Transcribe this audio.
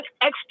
extra